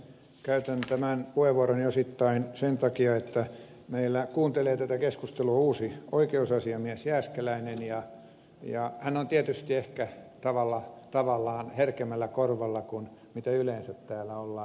käytän tämän puheenvuoroni osittain sen takia että meillä kuuntelee tätä keskustelua uusi oikeusasiamies jääskeläinen ja hän on tietysti ehkä tavallaan herkemmällä korvalla kuin yleensä täällä ollaan